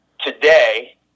Today